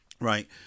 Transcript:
right